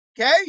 okay